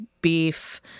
beef